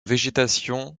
végétation